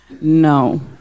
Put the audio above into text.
No